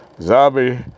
Zombie